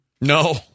No